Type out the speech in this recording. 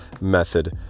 method